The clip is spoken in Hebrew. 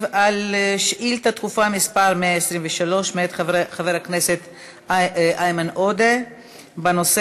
על שאילתה דחופה מס' 123 מאת חבר הכנסת איימן עודה בנושא: